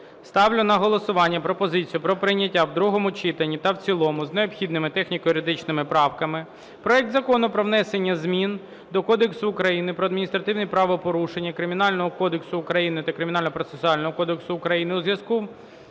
Ставлю на голосування пропозицію про прийняття в другому читанні та в цілому з необхідними техніко-юридичними правками проект Закону про внесення змін до Кодексу України про адміністративні правопорушення, Кримінального кодексу України та Кримінального процесуального кодексу України у зв'язку